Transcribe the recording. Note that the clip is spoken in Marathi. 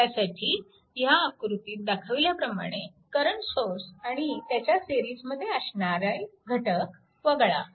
त्यासाठी ह्या आकृतीत दाखवल्याप्रमाणे करंट सोर्स आणि त्याच्या सिरीजमध्ये असणारे घटक वगळा